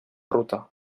ruta